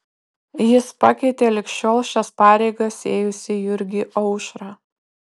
jis pakeitė lig šiol šias pareigas ėjusį jurgį aušrą